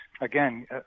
Again